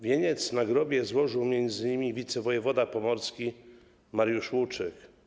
Wieniec na grobie złożył m.in. wicewojewoda pomorski Mariusz Łuczyk.